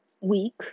week